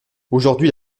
aujourd’hui